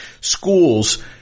schools